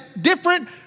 different